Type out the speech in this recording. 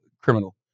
criminal